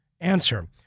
Answer